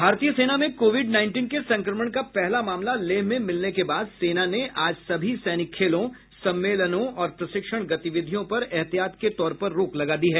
भारतीय सेना में कोविड नाईनटिन के संक्रमण का पहला मामला लेह में मिलने के बाद सेना ने आज सभी सैनिक खेलों सम्मेलनों और प्रशिक्षण गतिविधियों पर एहतियात के तौर पर रोक लगा दी है